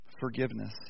Forgiveness